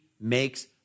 makes